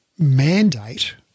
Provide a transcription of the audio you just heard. mandate